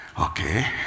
Okay